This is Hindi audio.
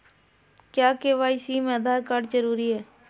क्या के.वाई.सी में आधार कार्ड जरूरी है?